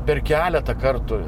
per keletą kartų